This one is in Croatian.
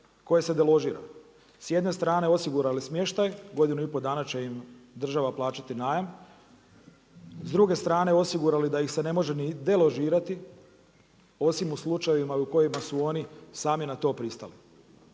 koje se deložira. S jedne strane osigurali smještaj godinu i pol dana će im država plaćati najam, s druge strane osigurali da ih se ne može ni deložirati osim u slučajevima u kojima su oni sami na to pristali.